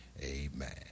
amen